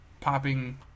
popping